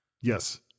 Yes